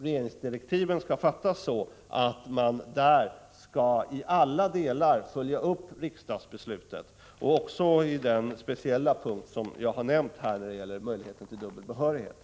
regeringens direktiv skall fattas så att man i alla delar skall följa upp riksdagsbeslutet, också på den speciella punkt som jag har nämnt här och som gäller möjligheten till dubbel behörighet.